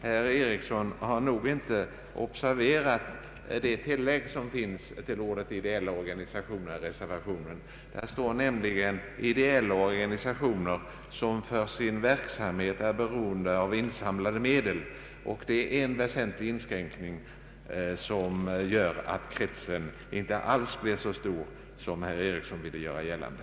Herr Ericsson har nog inte observerat det tillägg som finns i reservationen till orden ideella organisationer. Där står nämligen ”ideella organisationer som för sin verksamhet är beroende av insamlade medel”. Detta är en väsentlig inskränkning som gör att kretsen inte alls blir så stor som herr Ericsson vill göra gällande.